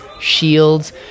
shields